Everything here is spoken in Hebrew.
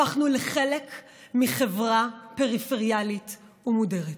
הפכנו לחלק מחברה פריפריאלית ומודרת.